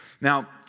Now